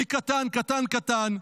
תיק קטן קטן קטן.